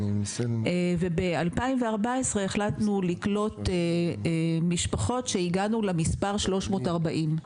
ב-2014 החלטנו לקלוט משפחות כשהגענו למספר 340,